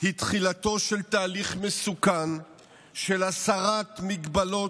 היא תחילתו של תהליך מסוכן של הסרת הגבלות